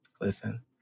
listen